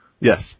Yes